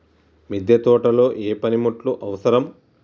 మిద్దె తోటలో ఏ పనిముట్లు అవసరం?